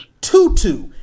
tutu